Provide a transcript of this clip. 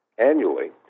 annually